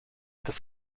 dass